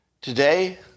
today